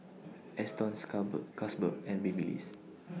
Astons Carlsberg and Babyliss